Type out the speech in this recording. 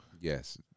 Yes